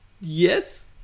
yes